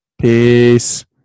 Peace